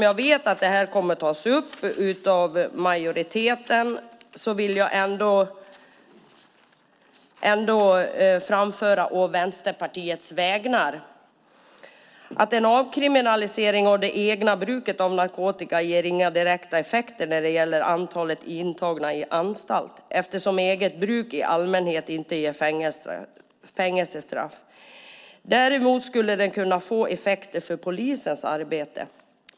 Jag vet att frågan kommer att tas upp av majoriteten, men jag vill ändå framföra å Vänsterpartiets vägnar följande: "En avkriminalisering av det egna bruket av narkotika ger inga direkta effekter när det gäller antalet intagna i anstalt, eftersom eget bruk i allmänhet inte ger fängelsestraff. Däremot skulle den få effekter för polisens arbete.